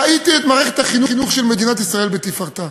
שני דברים: ראיתי את מערכת החינוך של מדינת ישראל בתפארתה,